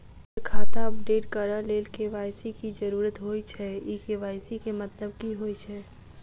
Sir खाता update करऽ लेल के.वाई.सी की जरुरत होइ छैय इ के.वाई.सी केँ मतलब की होइ छैय?